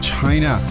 China